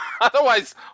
otherwise